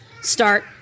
Start